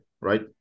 right